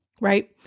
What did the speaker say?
right